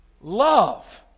love